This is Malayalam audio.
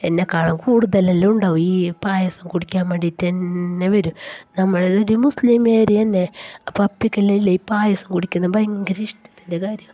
എന്നെക്കാളും കൂടുതൽ എല്ലാം ഉണ്ടാവും ഈ പായസം കുടിക്കാന് വേണ്ടിയിട്ട് തന്നെ വരും നമ്മളത് ഒരു മുസ്ലീം ഏരിയ തന്നെ അപ്പോൾ അപ്പേക്കില്ലേലെ ഈ പായസം കുടിക്കുന്നത് ഭയങ്കര ഇഷ്ടത്തിന്റെ കാര്യമാണ്